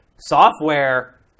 Software